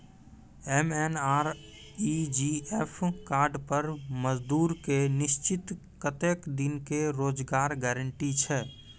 MNREGA card पर मजदुर के निश्चित कत्तेक दिन के रोजगार गारंटी छै?